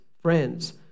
friends